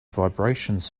vibrations